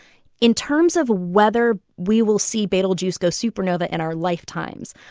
in terms of whether we will see betelgeuse go supernova in our lifetimes,